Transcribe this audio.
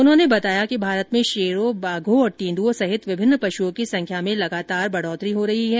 उन्होंने बताया कि भारत में शेरों बाघों और तेंदुओं सहित विभिन्न पशुओं की संख्या में लगातार वृद्धि हो रही है